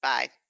Bye